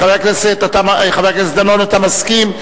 חבר הכנסת דנון, אתה מסכים.